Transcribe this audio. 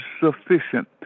sufficient